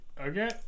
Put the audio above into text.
Okay